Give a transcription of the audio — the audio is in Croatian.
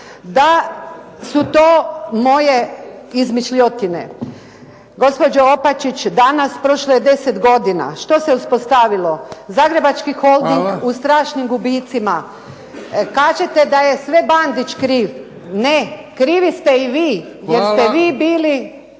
da su to moje izmišljotine. Gospođo Opačić, danas prošlo je 10 godina, što se ispostavilo? Zagrebački Holding u strašnim gubitcima. Kažete da je sve Bandić kriv. Ne. Krivi ste i vi jer ste vi bili